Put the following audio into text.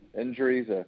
injuries